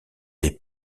des